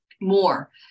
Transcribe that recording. more